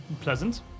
pleasant